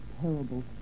terrible